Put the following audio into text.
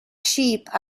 sheep